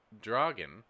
dragon